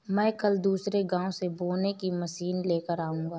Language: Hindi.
मैं कल दूसरे गांव से बोने की मशीन लेकर आऊंगा